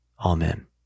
Amen